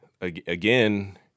again